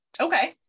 Okay